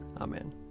Amen